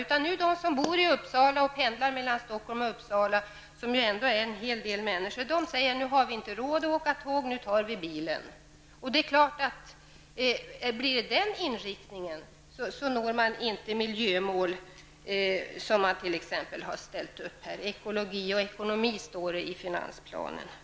Många människor som pendlar mellan Stockholm och Uppsala säger att de inte har råd att resa med tåget utan i stället kommer att ta bilen. Blir detta resultet uppnår man inte de miljömål som ställts upp. I finansplanen sägs det att ekonomi och ekologi skall samordnas.